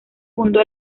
fundó